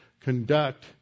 conduct